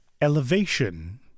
Elevation